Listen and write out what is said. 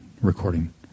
recording